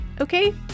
okay